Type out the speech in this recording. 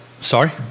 Sorry